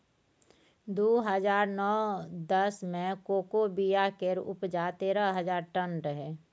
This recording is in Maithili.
दु हजार नौ दस मे कोको बिया केर उपजा तेरह हजार टन रहै